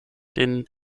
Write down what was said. den